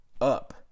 up